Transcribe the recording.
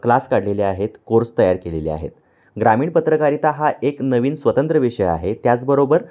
class काढलेले आहेत course तयार केलेले आहेत ग्रामीण पत्रकारिता हा एक नवीन स्वतंत्र विषय आहे त्याचबरोबर